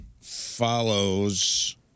follows